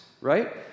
right